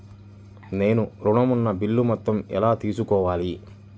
నేను ఋణం ఉన్న బిల్లు మొత్తం ఎలా తెలుసుకోవాలి?